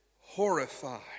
horrified